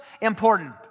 important